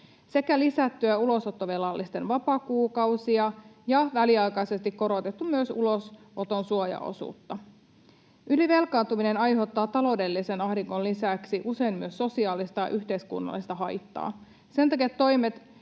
sekä lisättyä ulosottovelallisten vapaakuukausia ja väliaikaisesti korotettua myös ulosoton suojaosuutta. Ylivelkaantuminen aiheuttaa taloudellisen ahdingon lisäksi usein sosiaalista ja yhteiskunnallista haittaa. Sen takia toimet